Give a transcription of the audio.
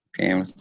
Okay